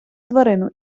тварину